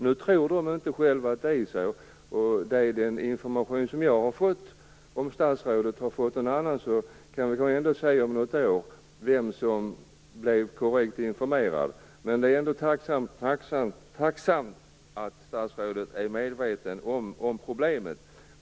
Nu tror de inte själva att det är så, och det är den information som jag har fått. Om statsrådet har fått någon annan information kan vi ju se om något år vem som blev korrekt informerad. Det är ändå tacksamt att statsrådet är medveten om problemet.